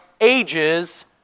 ages